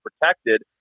protected